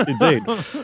Indeed